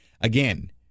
Again